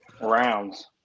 rounds